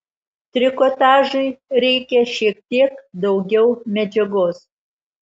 trikotažui reikia šiek teik daugiau medžiagos